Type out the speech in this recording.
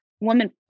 woman